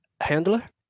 handler